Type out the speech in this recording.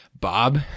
Bob